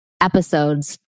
episodes